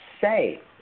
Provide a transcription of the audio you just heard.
say